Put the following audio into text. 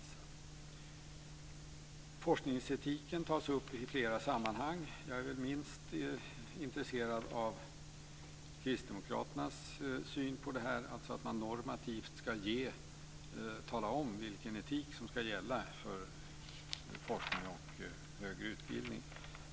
Forskningsetiken tas upp i flera sammanhang. Jag är minst intresserad av kristdemokraternas syn på det här, att man normativt ska tala om vilken etik som ska gälla för forskning och högre utbildning.